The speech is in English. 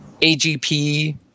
AGP